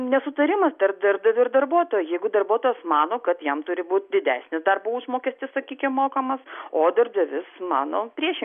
nesutarimas tarp darbdavio ir darbuotojo jeigu darbuotojas mano kad jam turi būt didesnis darbo užmokestis sakykim mokamas o dirbdavys mano priešin